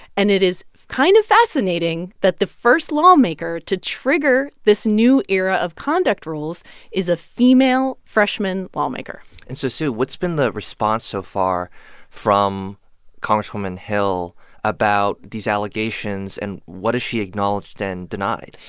and it is kind of fascinating that the first lawmaker to trigger this new era of conduct rules is a female freshman lawmaker and so, sue, what's been the response so far from congresswoman hill about these allegations, and what has she acknowledged and denied?